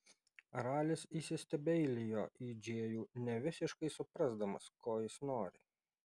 ralis įsistebeilijo į džėjų nevisiškai suprasdamas ko jis nori